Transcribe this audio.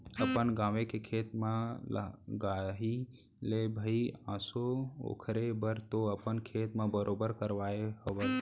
अपन गाँवे के खेत म लगाही रे भई आसो ओखरे बर तो अपन खेत म बोर करवाय हवय